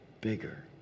bigger